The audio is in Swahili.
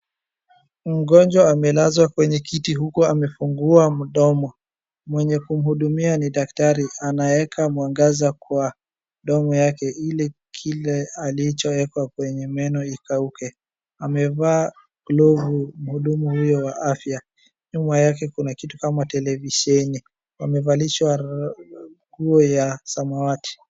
Mgonjwa amelazwa kwenye kiti huku amefungua mdomo, mwenye kumhudumia ni daktari anaweka mwangaza kwa mdomo yake ili kile alichowekwa kwenye meno ikauke. Amevaa glovu mhudumu huyo wa afya, nyuma yake kuna kitu kama televisheni ,wamevalishwa nguo ya samawati.